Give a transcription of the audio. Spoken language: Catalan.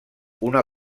una